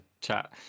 chat